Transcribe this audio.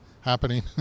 happening